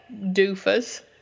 doofus